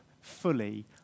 fully